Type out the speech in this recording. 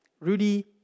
Rudy